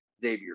Xavier